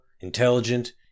intelligent